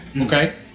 Okay